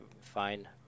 fine